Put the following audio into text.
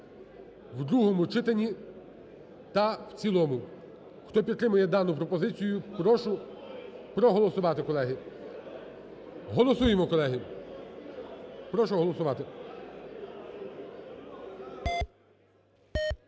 у другому читанні та в цілому. Хто підтримує дану пропозицію, прошу проголосувати, колеги. Голосуємо, колеги! Прошу голосувати.